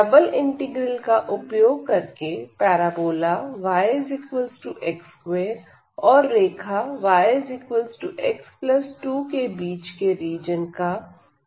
double integral का उपयोग करके पैराबोला yx2 और रेखा yx2 के बीच के रीजन का एरिया ज्ञात कीजिए